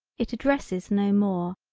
it addresses no more,